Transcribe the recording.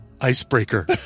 icebreaker